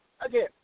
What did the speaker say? again